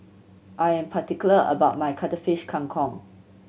I am particular about my Cuttlefish Kang Kong